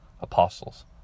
apostles